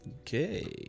Okay